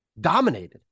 dominated